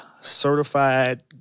certified